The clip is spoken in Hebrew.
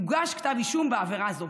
יוגש כתב אישום בעבירה זו.